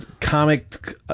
comic